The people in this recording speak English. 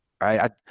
right